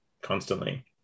constantly